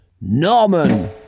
Norman